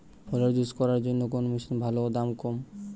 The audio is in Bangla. ফলের জুস করার জন্য কোন মেশিন ভালো ও দাম কম?